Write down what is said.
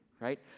right